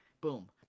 boom